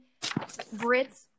Brits